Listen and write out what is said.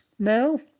now